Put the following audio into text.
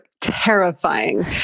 terrifying